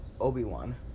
Obi-Wan